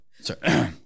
Sorry